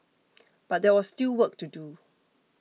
but there was still work to do